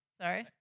sorry